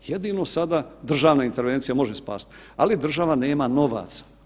Jedino sada državna intervencija može spasit, ali država nema novaca.